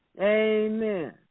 Amen